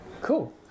Cool